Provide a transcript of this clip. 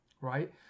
Right